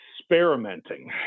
experimenting